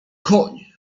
koń